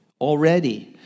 Already